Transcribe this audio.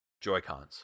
Joy-Cons